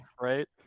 right